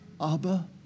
Abba